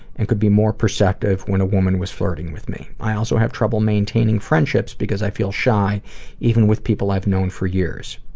and could be more perceptive when a woman was flirting with me, i also have trouble maintaining friendships because i feel shy even with people i have known for years.